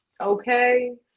Okay